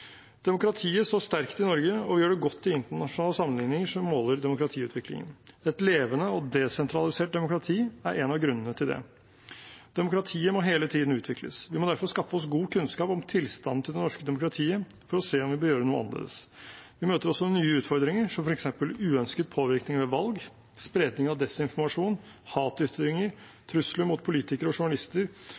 Demokratiet står sterkt i Norge og gjør det godt i internasjonale sammenligninger som måler demokratiutviklingen. Et levende og desentralisert demokrati er en av grunnene til det. Demokratiet må hele tiden utvikles. Vi må derfor skaffe oss god kunnskap om tilstanden til det norske demokratiet for å se om vi bør gjøre noe annerledes. Vi møter også nye utfordringer, som f.eks. uønsket påvirkning ved valg, spredning av desinformasjon, hatytringer, trusler mot politikere og journalister